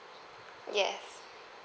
yes